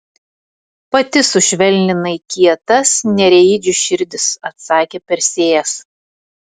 pati sušvelninai kietas nereidžių širdis atsakė persėjas